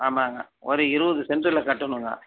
ஆமாம்ங்க ஒரு இருபது சென்டில் கட்டனும்ங்க